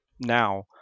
now